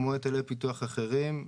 כמו היטלי פיתוח אחרים,